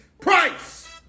price